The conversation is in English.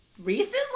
Recently